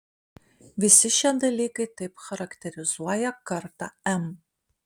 visi šie dalykai taip charakterizuoja kartą m